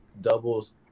doubles